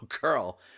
girl